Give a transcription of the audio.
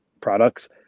products